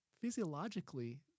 physiologically